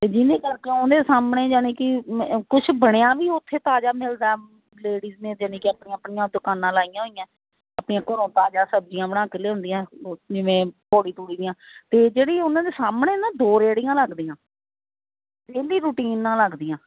ਅਤੇ ਜੀਨੇ ਕਰਕੇ ਉਹਦੇ ਸਾਹਮਣੇ ਜਾਨੀ ਕਿ ਮ ਕੁਝ ਬਣਿਆ ਵੀ ਉੱਥੇ ਤਾਜ਼ਾ ਮਿਲਦਾ ਲੇਡੀਜ ਨੇ ਜਾਨੀ ਕਿ ਆਪਣੀ ਆਪਣੀਆਂ ਦੁਕਾਨਾਂ ਲਾਈਆਂ ਹੋਈਆਂ ਆਪਣੀ ਘਰੋਂ ਤਾਜ਼ਾ ਸਬਜ਼ੀਆਂ ਬਣਾ ਕੇ ਲਿਆਉਂਦੀਆਂ ਜਿਵੇਂ ਤੋਰੀ ਤੁਰੀ ਦੀਆਂ ਅਤੇ ਜਿਹੜੀ ਉਹਨਾਂ ਦੇ ਸਾਹਮਣੇ ਨਾ ਦੋ ਰੇੜੀਆਂ ਲੱਗਦੀਆਂ ਡੇਲੀ ਰੁਟੀਨ ਨਾਲ ਲੱਗਦੀਆਂ